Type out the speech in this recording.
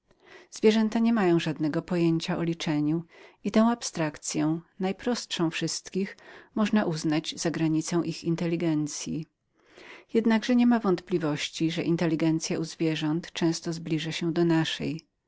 pobudza nie mają zatem żadnego pojęcia o liczeniu to więc oderwanie najprostsze ze wszystkich może być uważanem jako granica siły pojmowania u zwierząt nie ma wątpliwości że siła ta u zwierząt często zbliża się do naszej